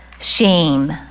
shame